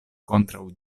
kontraŭ